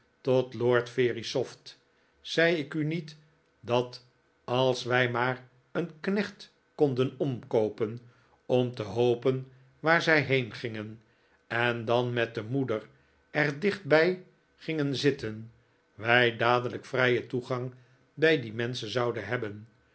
tot lord verisopht zei ik u niet dat als wij maar e'en knecht konden omkoopen om te hooren waar zij heengingen en dan met de moeder er dichtbij gingen zitten wij dadelijk vrijen toegang bij die menschen zouden hebben